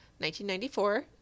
1994